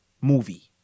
movie